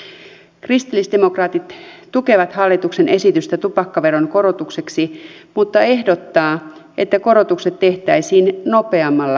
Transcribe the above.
kristillisdemokraatit tukee hallituksen esitystä tupakkaveron korotukseksi mutta ehdottaa että korotukset tehtäisiin nopeammalla aikataululla